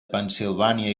pennsilvània